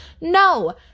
No